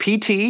PT